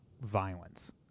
violence